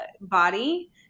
body